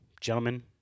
Gentlemen